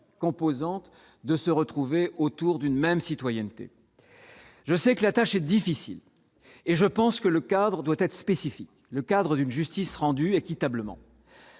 composantes, de se retrouver autour d'une même citoyenneté, je sais que la tâche est difficile et je pense que le cadre doit être spécifique, le cadre d'une justice rendue équitablement.